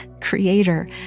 creator